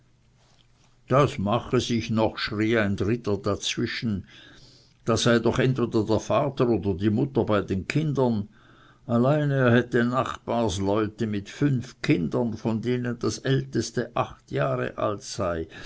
das mache sich noch schrie ein dritter dazwischen da sei doch entweder der vater oder die mutter bei den kindern allein er hätte nachbarsleute mit fünf kindern von denen das älteste acht jahre alt sei